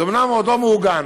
זה אומנם עוד לא מעוגן,